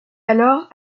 alors